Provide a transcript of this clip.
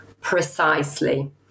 Precisely